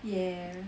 yeah